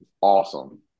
Awesome